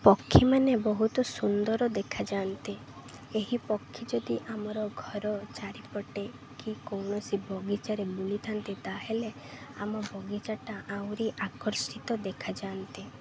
ପକ୍ଷୀମାନେ ବହୁତ ସୁନ୍ଦର ଦେଖାଯାନ୍ତି ଏହି ପକ୍ଷୀ ଯଦି ଆମର ଘର ଚାରିପଟେ କି କୌଣସି ବଗିଚାରେ ବୁଲିଥାନ୍ତି ତାହେଲେ ଆମ ବଗିଚାଟା ଆହୁରି ଆକର୍ଷିତ ଦେଖାଯାନ୍ତି